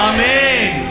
Amen